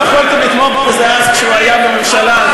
לא יכולתם לתמוך בזה אז, כשהוא היה בממשלה?